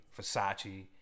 Versace